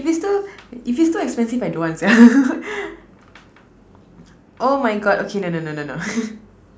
if it's too if it's too expensive I don't want sia oh my God okay no no no no no